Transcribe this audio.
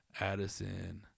Addison